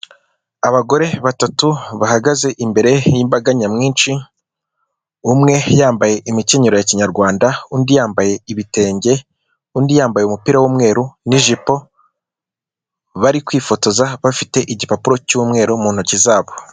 Abagore batatu bahagaze imbere y'imbaga nyamwinshi, umwe yambaye imikenyero ya kinyarwanda, undi yambaye ibitenge, undi yambaye umupira w'umweru n'ijipo. bari kwifotoza bafite igipapuro cy'umweru mu ntoki zabo.